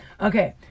Okay